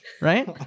right